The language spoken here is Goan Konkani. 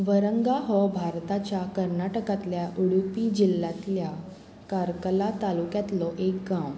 वरंगा हो भारताच्या कर्नाटकांतल्या उडुपी जिल्ल्यांतल्या कारकला तालुक्यांतलो एक गांव